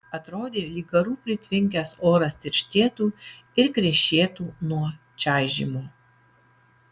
atrodė lyg garų pritvinkęs oras tirštėtų ir krešėtų nuo čaižymo